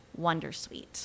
wondersuite